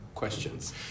questions